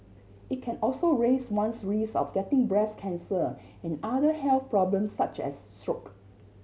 it can also raise one's risk of getting breast cancer and other health problems such as stroke